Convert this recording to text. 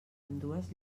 ambdues